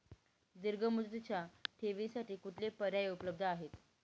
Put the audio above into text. दीर्घ मुदतीच्या ठेवींसाठी कुठले पर्याय उपलब्ध आहेत?